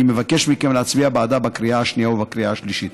ואני מבקש מכם להצביע בעדה בקריאה השנייה ובקריאה השלישית.